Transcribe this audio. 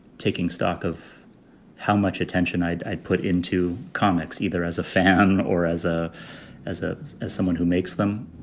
taking stock of how much attention i'd i'd put into comics, either as a fan or as a as a as someone who makes them.